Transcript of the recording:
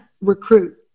recruit